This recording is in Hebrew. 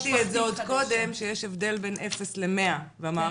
לכן אני הסברתי את זה קורם שיש הבדל בין 0 ל-100 והמערכת